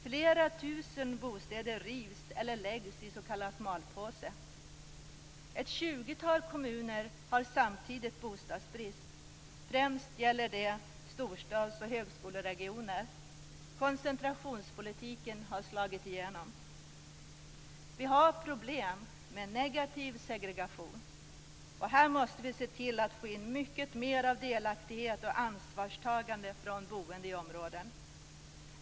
Flera tusen bostäder rivs eller läggs i s.k. malpåse. Ett tjugotal kommuner har samtidigt bostadsbrist - främst gäller det storstads och högskoleregioner. Koncentrationspolitiken har slagit igenom. Vi har problem med negativ segregation. Här måste vi se till att få in mycket mer av delaktighet och ansvarstagande från de boende i områdena.